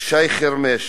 שי חרמש.